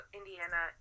indiana